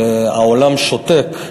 והעולם שותק.